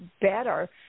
better